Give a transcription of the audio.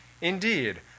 Indeed